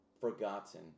forgotten